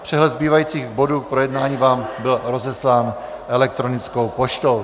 Přehled zbývajících bodů k projednání vám byl rozeslán elektronickou poštou.